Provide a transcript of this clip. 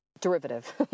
derivative